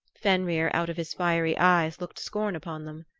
fenrir out of his fiery eyes looked scorn upon them.